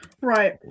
right